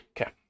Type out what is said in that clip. Okay